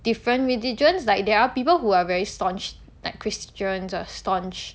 different religions like there are people who are very staunch like christians are staunch